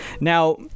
Now